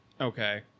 Okay